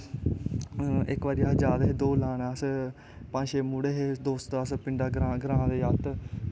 इक बारी असजा दे हे दौड़ लान अस दोस्त दास्त पिंडा ग्रांऽ दे जागत